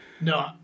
no